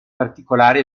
particolare